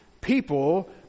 people